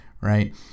right